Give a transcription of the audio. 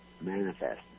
manifest